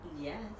Yes